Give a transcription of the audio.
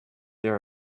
there